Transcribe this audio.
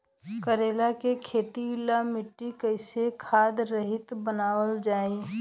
करेला के खेती ला मिट्टी कइसे खाद्य रहित बनावल जाई?